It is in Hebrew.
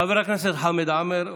חבר הכנסת חמד עמאר,